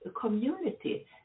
community